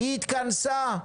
היא התכנסה?